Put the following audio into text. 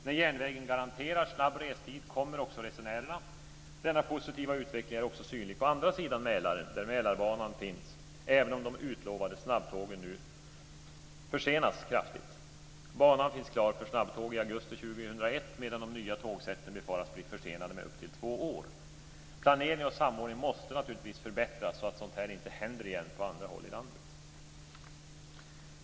När järnvägen garanterar snabb restid kommer också resenärerna. Denna positiva utveckling är också synlig på andra sidan Mälaren där Mälarbanan finns, även om de utlovade snabbtågen nu försenas kraftigt. Banan finns klar för snabbtåg i augusti 2001, medan de nya tågseten befaras bli försenade med upp till två år. Planeringen och samordningen måste naturligtvis förbättras så att sådant här inte händer igen på andra håll i landet.